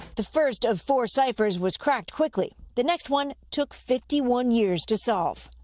the first of four ciphers was cracked quickly. the next one took fifty one years to solve.